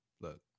Look